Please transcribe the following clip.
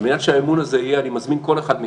על מנת שהאמון הזה יהיה, אני מזמין כל אחד מכם,